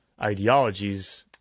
ideologies